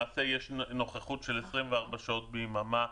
יש נוכחות של 24 שעות ביממה.